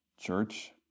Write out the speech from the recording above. church